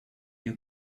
you